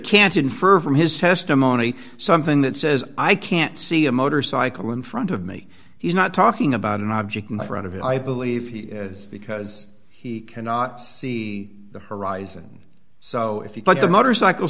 can't infer from his testimony something that says i can't see a motorcycle in front of me he's not talking about an object in front of me i believe because he cannot see the horizon so if you put the motorcycle